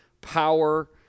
power